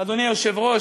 אדוני היושב-ראש,